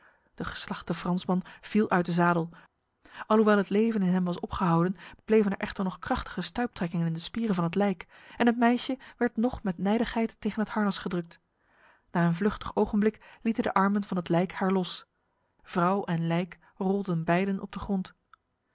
de geslachte fransman viel uit de zadel alhoewel het leven in hem was opgehouden bleven er echter nog krachtige stuiptrekkingen in de spieren van het lijk en het meisje werd nog met nijdigheid tegen het harnas gedrukt na een vluchtig ogenblik lieten de armen van het lijk haar los vrouw en lijk rolden beiden op de grond